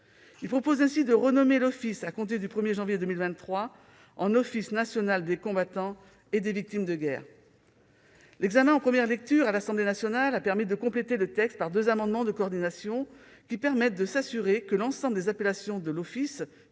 Il propose ainsi de renommer l'Office, à compter du 1 janvier 2023, « Office national des combattants et des victimes de guerre ». L'examen en première lecture à l'Assemblée nationale a permis de compléter le texte par deux amendements de coordination, qui permettent de s'assurer que l'ensemble des appellations de l'Office